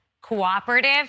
cooperative